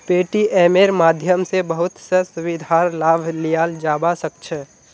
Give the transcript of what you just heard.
पेटीएमेर माध्यम स बहुत स सुविधार लाभ लियाल जाबा सख छ